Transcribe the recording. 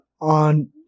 on